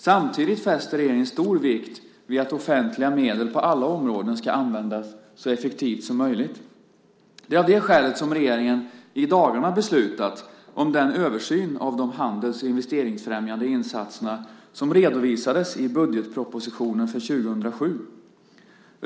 Samtidigt fäster regeringen stor vikt vid att offentliga medel på alla områden ska användas så effektivt som möjligt. Det är av det skälet som regeringen i dagarna beslutar om den översyn av de handels och investeringsfrämjande insatserna som redovisades i budgetpropositionen för 2007.